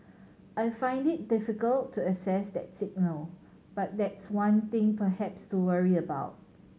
I find it difficult to assess that signal but that's one thing perhaps to worry about